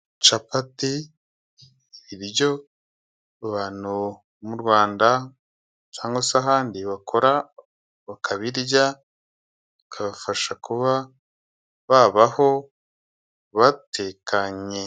Capati, ibiryo bantu bo mu Rwanda cyangwa se ahandi bakora, bakabirya bikabafasha kuba babaho batekanye.